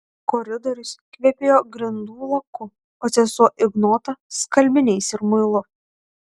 koridorius kvepėjo grindų laku o sesuo ignota skalbiniais ir muilu